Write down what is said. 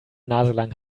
naselang